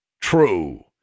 True